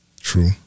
True